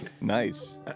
Nice